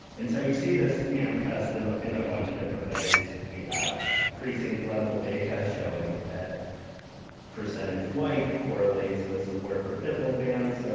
and so you see this manifest in ah in a bunch of different ways. we have precinct-level data showing that percentage white correlates with support for pit bull bans. so